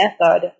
method